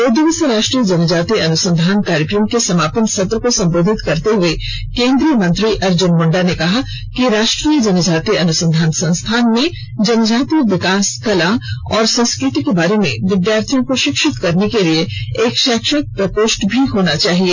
दो दिवसीय राष्ट्रीय जनजातीय अनुसंधान कार्यक्रम के समापन सत्र को संबोधित करते हुए केंद्रीय मंत्री अर्जुन मुंडा ने कहा कि राष्ट्रीय जनजातीय अनुसंधान संस्थान में जनजातीय विकास कला और संस्कृति के बारे में विद्यार्थियों को शिक्षित करने के लिए एक शैक्षणिक प्रकोष्ठ भी होना चाहिए